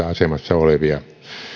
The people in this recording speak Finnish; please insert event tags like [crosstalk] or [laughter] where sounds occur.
[unintelligible] asemassa olevia